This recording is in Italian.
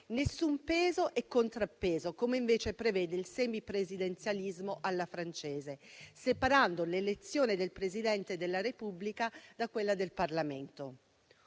nessun peso e contrappeso, come invece prevede il semipresidenzialismo alla francese, separando l'elezione del Presidente della Repubblica da quella del Parlamento.